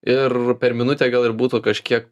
ir per minutę gal ir būtų kažkiek